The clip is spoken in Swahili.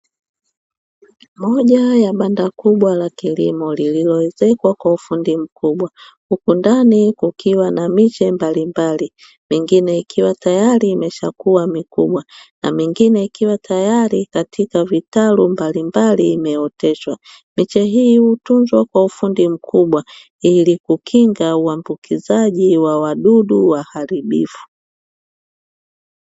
Moja la banda kubwa la kilimo lililoezekwa kwa ufundi mkubwa, huku ndani kukiwa na miche mbalimbali, mingine ikuwa tayari imesha kuwa mikubwa na mingine ikiwa tayari katika vitalu mbalimbali imeoteshwa. Miche hii hutuzwa kwa ufundi mkubwa ilikukinga uambukizaja wa wadudu wahalibifu.